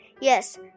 Yes